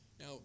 Now